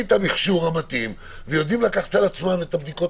את ההחלטה האם הוא רוצה להשתמש בטכנולוגיה